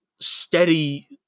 steady